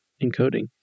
encoding